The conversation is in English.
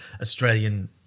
Australian